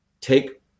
Take